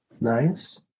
Nice